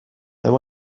there